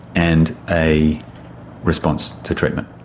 and a response to treatment.